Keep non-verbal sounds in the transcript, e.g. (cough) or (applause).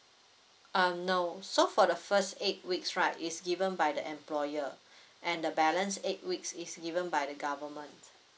uh no so for the first eight weeks right it's given by the employer (breath) and the balance eight weeks it's given by the government